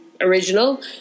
original